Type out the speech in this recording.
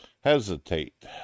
hesitate